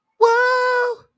Whoa